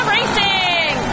Racing